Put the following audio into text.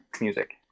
music